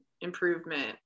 improvement